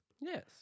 Yes